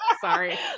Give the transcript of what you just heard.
Sorry